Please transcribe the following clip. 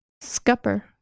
Scupper